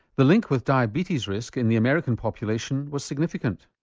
the link with diabetes risk in the american population was significant.